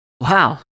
Wow